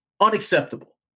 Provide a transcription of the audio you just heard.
Unacceptable